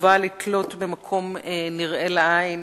חובה לתלות במקום נראה לעין